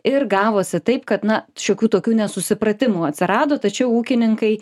ir gavosi taip kad na šiokių tokių nesusipratimų atsirado tačiau ūkininkai